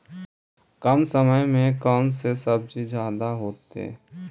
कम समय में कौन से सब्जी ज्यादा होतेई?